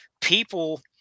people